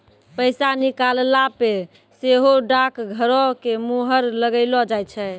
पैसा निकालला पे सेहो डाकघरो के मुहर लगैलो जाय छै